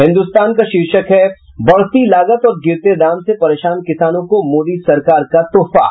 हिन्दुस्तान का शीर्षक है बढ़ती लागत और गिरते दाम से परेशान किसानों को मोदी सरकार का तोहफा